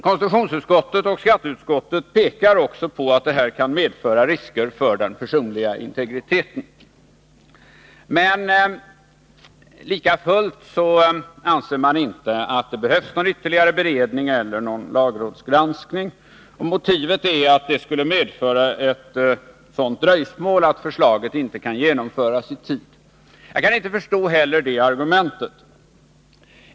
Konstitutionsutskottet och skatteutskottet pekar också på att förslaget kan medföra risker för den personliga integriteten. Men lika fullt anser man att det inte behövs någon ytterligare beredning eller någon lagrådsgranskning. Motivet är att det skulle medföra ett sådant dröjsmål att förslaget inte kan genomföras i tid. Jag kan inte förstå det argumentet.